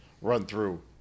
run-through